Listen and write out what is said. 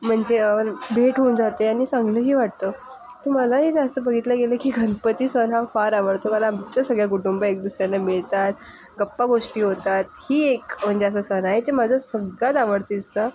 म्हणजे आणि भेट होऊन जाते आणि चांगलंही वाटतं तुम्हाला हे जास्त बघितलं गेलं की गणपती सण हा फार आवडतो कारण आमचं सगळ्या कुटुंब एक दुसऱ्यांना मिळतात गप्पागोष्टी होतात ही एक म्हणजे असं सण आहे जे माझं सगळ्यात आवडतीचा